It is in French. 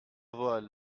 voile